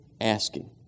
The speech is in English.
asking